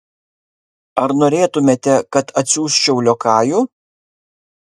ar norėtumėte kad atsiųsčiau liokajų